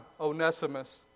Onesimus